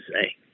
say